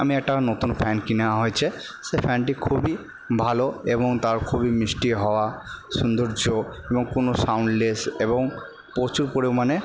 আমি একটা নতুন ফ্যান কিনা হয়েছে সে ফ্যানটি খুবই ভালো এবং তার খুবই মিষ্টি হাওয়া সুন্দর্য এবং কোনো সাউন্ডলেস এবং প্রচুর পরিমাণে